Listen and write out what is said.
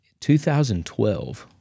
2012